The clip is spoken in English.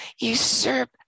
usurp